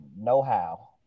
know-how